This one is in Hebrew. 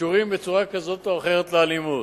שקשורים בצורה כזאת או אחרת לאלימות,